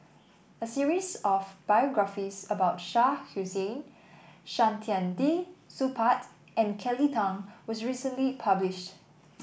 a series of biographies about Shah Hussain Saktiandi Supaat and Kelly Tang was recently published